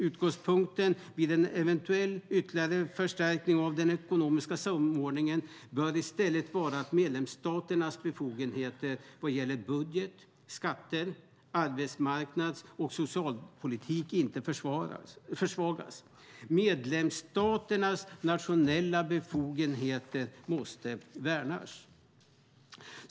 Utgångspunkten vid en eventuell ytterligare förstärkning av den ekonomiska samordningen bör i stället vara att medlemsstaternas befogenheter vad gäller budget, skatter och arbetsmarknads och socialpolitik inte försvagas. Medlemsstaternas nationella befogenheter måste värnas.